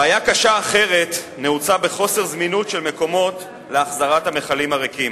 בעיה קשה אחרת נעוצה בחוסר זמינות של מקומות להחזרת המכלים הריקים,